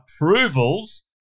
approvals